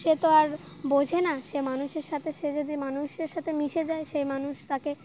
সে তো আর বোঝে না সে মানুষের সাথে সে যদি মানুষের সাথে মিশে যায় সেই মানুষ তাকে